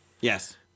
Yes